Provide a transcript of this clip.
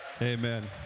Amen